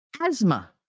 asthma